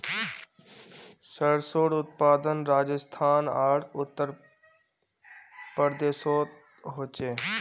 सर्सोंर उत्पादन राजस्थान आर उत्तर प्रदेशोत होचे